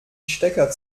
stecker